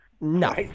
No